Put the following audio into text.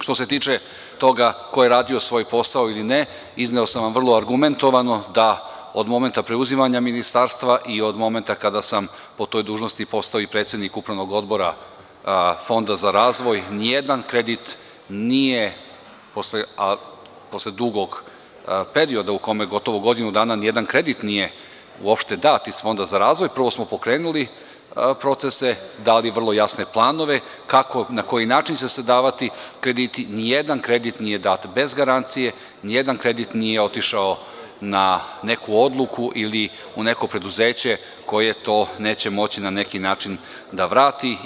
Što se tiče toga ko je radio svoj posao ili ne, izneo sam vam vrlo argumentovano da, od momenta preuzimanja ministarstva i od momenta kada sam po toj dužnosti postao predsednik Upravnog odbora Fonda za razvoj, nijedan kredit nije, posle dugog perioda u kome gotovo ni jedan kredit nije dat iz Fonda za razvoj, prvo smo pokrenuli procese i vrlo jasne planova kako i na koji način će se davati krediti, dat bez garancije, nije otišao na neku odluku ili u neko preduzeće koje to neće moći da vrati.